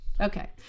Okay